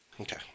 Okay